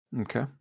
Okay